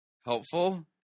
helpful